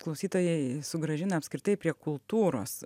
klausytojai sugrąžina apskritai prie kultūros